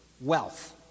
wealth